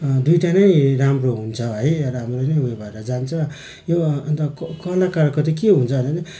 दुईवटा नै राम्रो हुन्छ है राम्ररी नै उयो भएर जान्छ यो अन्त कलाकारको चाहिँ के हुन्छ भने